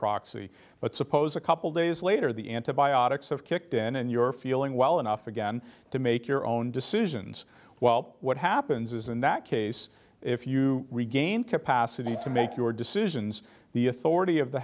proxy but suppose a couple days later the antibiotics have kicked in and you're feeling well enough again to make your own decisions well what happens is in that case if you regain capacity to make your decisions the authority of the